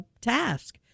task